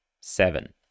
seven